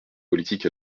politique